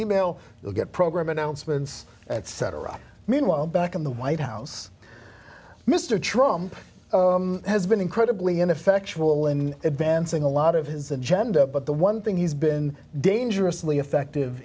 e mail you'll get program announcements etc meanwhile back in the white house mr trump has been incredibly ineffectual in advancing a lot of his agenda but the one thing he's been dangerously effective